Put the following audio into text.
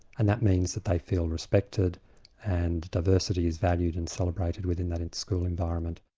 and that means that they feel respected and diversity is valued and celebrated within that school environment.